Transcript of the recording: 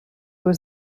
was